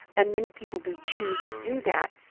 and many people do choose to do that,